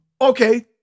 okay